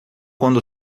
quando